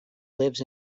lives